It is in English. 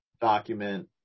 document